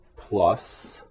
plus